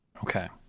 Okay